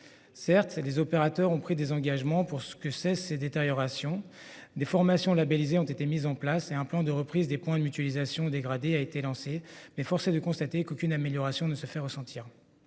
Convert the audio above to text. limites. Les opérateurs ont certes pris des engagements pour que cessent ces détériorations. Des formations labellisées ont également été mises en place et un plan de reprise des points de mutualisation dégradés a été lancé, mais force est de constater qu'aucune amélioration ne se fait ressentir.